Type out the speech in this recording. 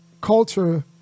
culture